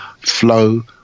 flow